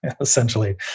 essentially